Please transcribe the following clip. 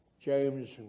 James